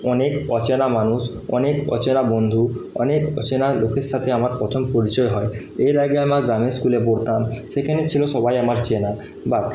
অনেক অচেনা মানুষ অনেক অচেনা বন্ধু অনেক অচেনা লোকের সাথে আমার প্রথম পরিচয় হয় এর আগে আমার গ্রামের স্কুলে পড়তাম সেখানে ছিল সবাই আমার চেনা বা